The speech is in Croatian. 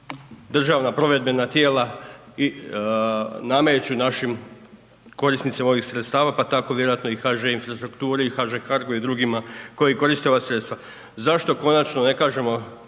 državna provedbena tijela i nameću našim korisnicima ovih sredstava pa tako vjerojatno i HŽI-u i HŽC-u i drugima koji korite ova sredstva. Zašto konačno ne kažemo